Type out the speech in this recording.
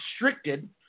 restricted